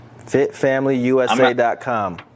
FitFamilyUSA.com